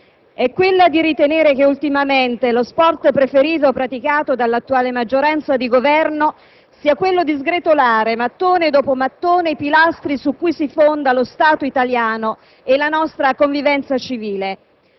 è quella di ritenere che, ultimamente, lo sport preferito praticato dall'attuale maggioranza di Governo sia quello di sgretolare, mattone dopo mattone, i pilastri su cui si fonda lo Stato italiano e la nostra convivenza civile.